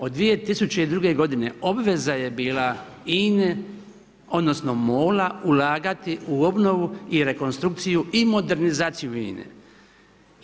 Od 2002. godine obveza je bila INA-e odnosno MOL-a ulagati u obnovu i rekonstrukciju i modernizaciju INA-e.